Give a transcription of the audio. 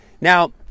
Now